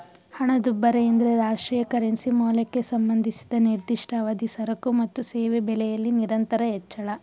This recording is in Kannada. ಹಣದುಬ್ಬರ ಎಂದ್ರೆ ರಾಷ್ಟ್ರೀಯ ಕರೆನ್ಸಿ ಮೌಲ್ಯಕ್ಕೆ ಸಂಬಂಧಿಸಿದ ನಿರ್ದಿಷ್ಟ ಅವಧಿ ಸರಕು ಮತ್ತು ಸೇವೆ ಬೆಲೆಯಲ್ಲಿ ನಿರಂತರ ಹೆಚ್ಚಳ